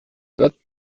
dort